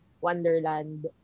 Wonderland